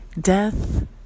death